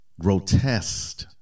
grotesque